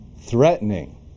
threatening